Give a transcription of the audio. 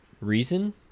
Reason